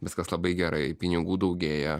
viskas labai gerai pinigų daugėja